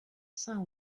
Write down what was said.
saint